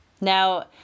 Now